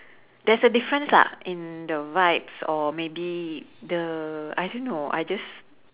there's a difference lah in the vibes or maybe the I don't know I just